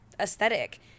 Aesthetic